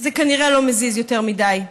זה כנראה לא מזיז יותר מדי.